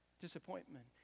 disappointment